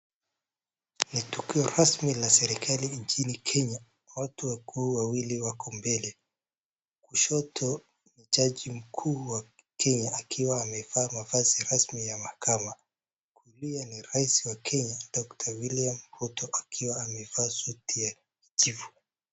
Ni tukio rasmi la serekali nchini kenya. Watu wakuu wawili wako mbele, kushoto ni jaji mkuu wa akiwa amevaa mavazi rasmi ya mahakama kulia ni rais wa kenya Doctor William Ruto akiwa amevaa suti ya jivu.